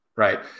Right